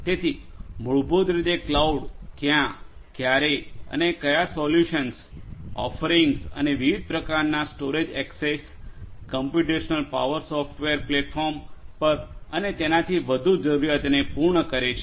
તેથી મૂળભૂત રીતે ક્લાઉડ ક્યા ક્યારે અને કયા સોલ્યુશન્સ ઓફરિંગ્સ અને વિવિધ પ્રકારનાં storage access storage access computational power software platform પર અને તેનાથી વધુ જરૂરિયાતને પૂર્ણ કરે છે